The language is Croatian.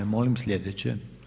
Molim sljedeće.